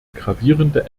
gravierende